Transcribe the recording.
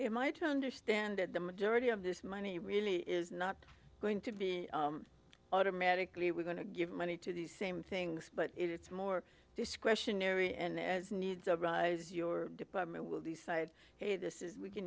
it might turn to stand at the majority of this money really is not going to be automatically we're going to give money to these same things but it's more discretionary and as needs arise your department will decide hey this is we can